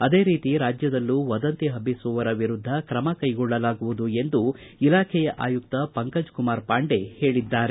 ಅದೇ ರೀತಿ ರಾಜ್ಯದಲ್ಲೂ ವದಂತಿ ಹಬ್ಬಿಸುವವರ ವಿರುದ್ದ ತ್ರಮ ಕೈಕೊಳಲಾಗುವುದು ಎಂದು ಇಲಾಖೆಯ ಆಯುಕ್ತ ಪಂಕಜ್ ಕುಮಾರ್ ಪಾಂಡೆ ಹೇಳಿದ್ದಾರೆ